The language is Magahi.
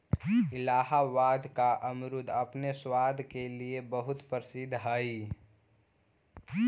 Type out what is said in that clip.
इलाहाबाद का अमरुद अपने स्वाद के लिए बहुत प्रसिद्ध हई